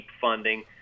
funding